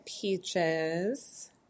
peaches